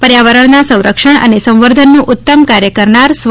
પર્યાવરણના સંરક્ષમ અને સંવર્ધનનું ઉત્તમ કાર્થ કરનાર સ્વ